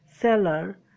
seller